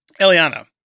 Eliana